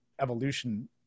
evolution